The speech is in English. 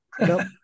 no